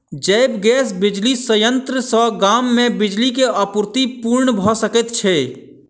जैव गैस बिजली संयंत्र सॅ गाम मे बिजली के आपूर्ति पूर्ण भ सकैत छै